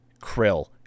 krill